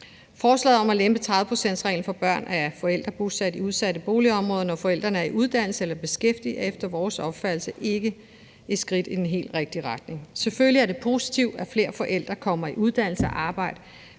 Forslaget om at lempe 30-procentsreglen for børn af forældre bosat i udsatte boligområder, når forældrene er i uddannelse eller i beskæftigelse, er efter vores opfattelse ikke et skridt i den helt rigtige retning. Selvfølgelig er det positivt, at flere forældre kommer i uddannelse og arbejde,